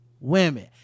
women